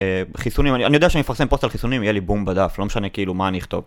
אה, חיסונים, אני יודע שאני מפרסם פוסט על חיסונים, יהיה לי בום בדף, לא משנה כאילו מה אני אכתוב